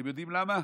אתם יודעים למה?